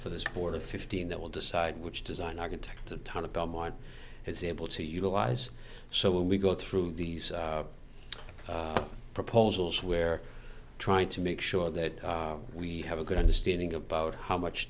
for this board of fifteen that will decide which design architect a ton of government is able to utilize so when we go through these proposals where trying to make sure that we have a good understanding about how much